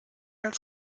als